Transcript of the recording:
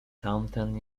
tamten